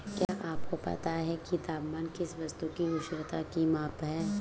क्या आपको पता है तापमान किसी वस्तु की उष्णता की माप है?